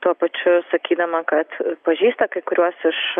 tuo pačiu sakydama kad pažįsta kai kuriuos iš